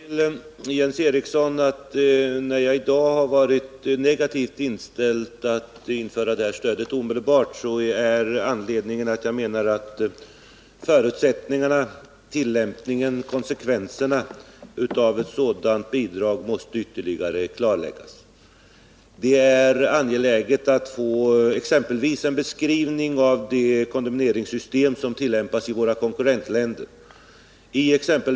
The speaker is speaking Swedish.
Herr talman! Får jag säga till Jens Eriksson att anledningen till att jag i dag är negativ till att införa stödet omedelbart är att förutsättningarna, tillämpningen och konsekvenserna när det gäller ett sådant bidrag måste ytterligare klarläggas. Det är exempelvis angeläget att få en beskrivning av de kondemneringssystem som tillämpas i våra konkurrentländer.